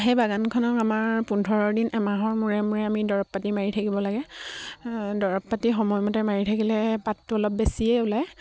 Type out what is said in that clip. সেই বাগানখনক আমাৰ পোন্ধৰ দিন এমাহৰ মূৰে মূৰে আমি দৰৱ পাতি মাৰি থাকিব লাগে দৰৱ পাতি সময়মতে মাৰি থাকিলে পাতটো অলপ বেছিয়ে ওলায়